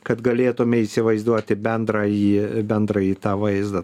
kad galėtume įsivaizduoti bendrąjį bendrąjį tą vaizdą